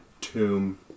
tomb